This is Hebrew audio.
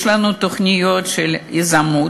יש לנו תוכניות של יזמות,